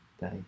day